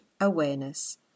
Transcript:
awareness